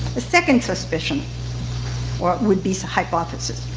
the second suspicion would be the hypothesis,